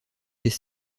des